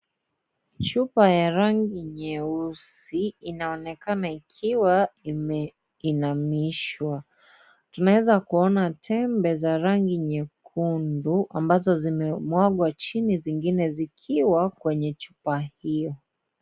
Chupa ya rangi nyeusi inaonekana ikiwa imeinamishwa. Tunaweza kuona tembe za rangi nyekundu ambazo zimemwagwa chini zingine zikiwa kwenye chupa hiyo.